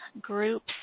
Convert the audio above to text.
groups